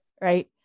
right